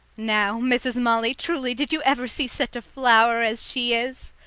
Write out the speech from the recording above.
now, mrs. molly, truly did you ever see such a flower as she is?